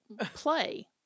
play